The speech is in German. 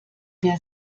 der